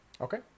Okay